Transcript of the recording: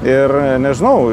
ir nežinau